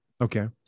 okay